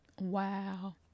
Wow